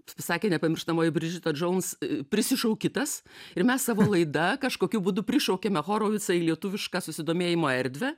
sakė nepamirštamoji bridžita džouns a prisišaukitas ir mes savo laida kažkokiu būdu prišauėme horovicą į lietuvišką susidomėjimo erdvę